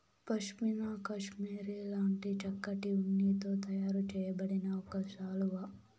pashmina cashmere లాంటి చక్కటి ఉన్నితో తయారు చేయబడిన ఒక శాలువా